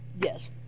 Yes